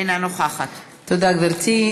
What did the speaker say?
אינה נוכחת תודה גברתי.